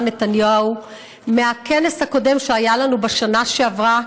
נתניהו מהכנס הקודם שהיה לנו בשנה שעברה.